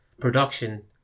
production